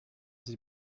sie